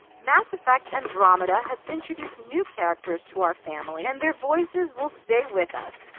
mass effect andromeda has introduced new characters to our family. and their voices will stay with us,